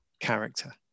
character